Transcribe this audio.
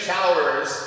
Towers